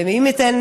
ואם ייתן